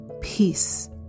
peace